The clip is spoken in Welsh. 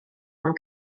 mewn